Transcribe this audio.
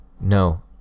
No